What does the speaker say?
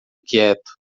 quieto